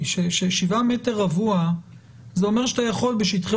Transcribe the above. ששבעה מטר רבוע זה אומר שאתה יכול בשטחי